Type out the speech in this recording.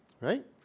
right